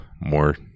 more